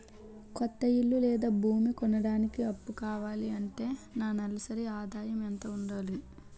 కొత్త ఇల్లు లేదా భూమి కొనడానికి అప్పు కావాలి అంటే నా నెలసరి ఆదాయం ఎంత ఉండాలి?